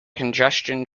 congestion